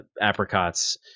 apricots